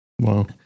Wow